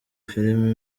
filimi